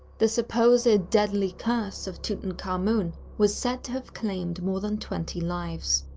the supposed ah deadly curse of tutankhamun was said to have claimed more than twenty lives.